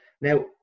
Now